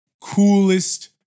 coolest